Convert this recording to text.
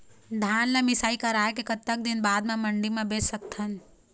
धान ला मिसाई कराए के कतक दिन बाद मा मंडी मा बेच सकथन?